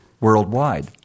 worldwide